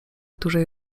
dużej